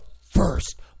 first